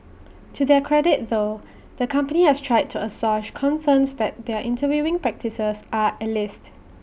to their credit though the company has tried to assuage concerns that their interviewing practices are elitist